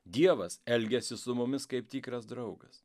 dievas elgiasi su mumis kaip tikras draugas